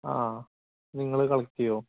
ആ നിങ്ങള് കളക്റ്റ് ചെയ്യുമോ